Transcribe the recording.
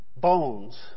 bones